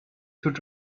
could